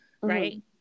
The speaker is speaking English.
right